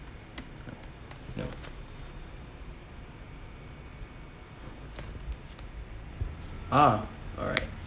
never ah alright